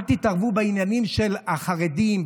אל תתערבו בעניינים של החרדים,